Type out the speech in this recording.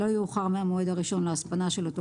לא יאוחר מהמועד הראשון להספנה של אותו